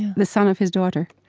the son of his daughter.